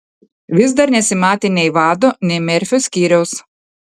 vis dar nesimatė nei vado nei merfio skyriaus